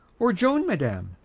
or joan madam?